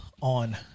on